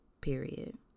period